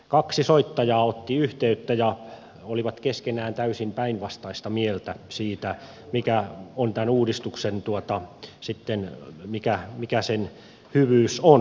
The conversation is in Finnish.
kaksi soittajaa otti yhteyttä ja he olivat keskenään täysin päinvastaista mieltä siitä mikä tämän uudistuksen tuottaa sitten mikä mikä sen hyvyys on